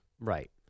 Right